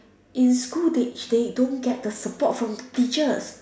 in school they they don't get the support from the teachers